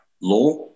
law